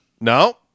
No